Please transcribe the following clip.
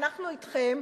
אנחנו אתכם,